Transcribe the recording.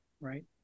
right